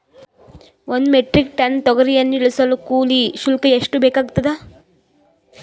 ಒಂದು metric ton ತೊಗರಿಯನ್ನು ಇಳಿಸಲು ಕೂಲಿ ಶುಲ್ಕ ಎಷ್ಟು ಬೇಕಾಗತದಾ?